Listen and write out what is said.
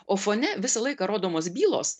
o fone visą laiką rodomos bylos